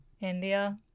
India